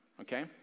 okay